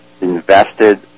invested